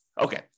Okay